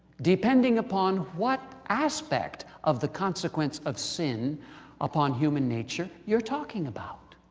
depending upon what aspect of the consequence of sin upon human nature you're talking about.